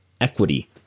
equity